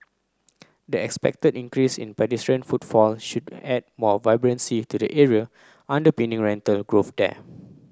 the expected increase in pedestrian footfall should add more vibrancy to the area underpinning rental growth there